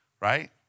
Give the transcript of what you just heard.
Right